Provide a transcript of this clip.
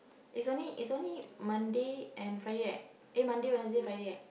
is only is only Monday and Friday right eh Monday Wednesday Friday right